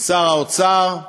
ושר האוצר,